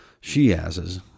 she-asses